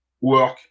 work